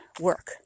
work